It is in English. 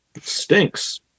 Stinks